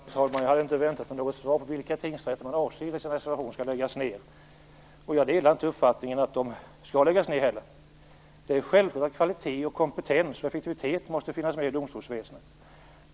Herr talman! Jag hade inte väntat mig något svar på frågan vilka tingsrätter man i reservationen avser skall läggas ned. Jag delar inte heller uppfattningen att de skall läggas ned. Det är självklart att kvalitet, kompetens och effektivitet måste finnas i domstolsväsendet.